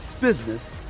business